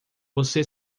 você